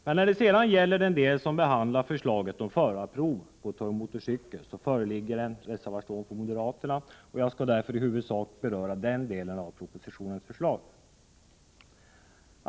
Men när det gäller förslaget om förarprov för tung motorcykel föreligger en reservation från moderater na. Jag skall i huvudsak beröra den delen av propositionens förslag.